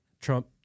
Trump